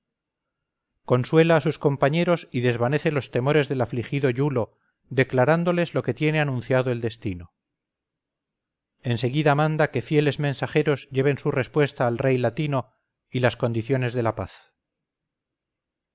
consuela a sus compañeros y desvanece los temores del afligido iulo declarándoles lo que tiene anunciado el destino en seguida manda que fieles mensajeros lleven su respuesta al rey latino y las condiciones de la paz